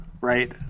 right